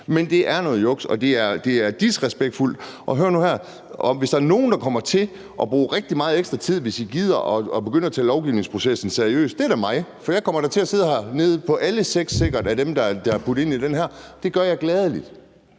Men det er noget juks, og det er disrespektfuldt. Hør nu her: Hvis der er nogen, der kommer til at bruge rigtig meget ekstra tid, hvis I gider at begynde at tage lovgivningsprocessen seriøst, er det mig, for jeg kommer da sikkert til at sidde hernede ved behandlingerne af alle seks af dem, der er puttet ind i det her. Det gør jeg gladelig,